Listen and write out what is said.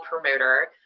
promoter